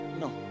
no